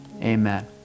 amen